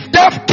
death